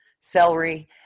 celery